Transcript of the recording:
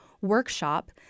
workshop